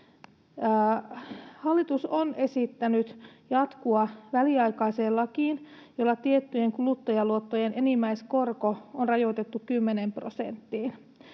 ”Hallitus on esittänyt jatkoa väliaikaiseen lakiin, jolla tiettyjen kuluttajaluottojen enimmäiskorko on rajoitettu 10 prosenttiin